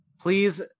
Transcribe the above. Please